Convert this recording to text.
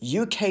UK